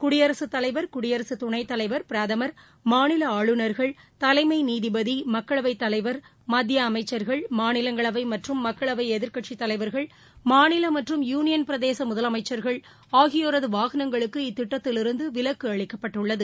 குடியரசுத்தலைவா் குடியரசுத் துணைத் தலைவா் பிரதமா் மாநில ஆளுநர்கள் தலைமை நீதிபதி மக்களவைத் தலைவா் மத்திய அமைச்சா் கள் மாநிலங்களவை மற்றும் மக்களவை எதிர்க்கட்சித் தலைவர்கள் மாநில மற்றும் யூனியள் பிரதேச முதலமைச்சர்கள் ஆகியோரது வாகனங்களுக்கு இத்திட்டத்திலிருந்து விலக்கு அளிக்கப்பட்டுள்ளது